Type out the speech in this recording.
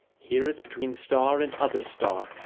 heareth between star and other star,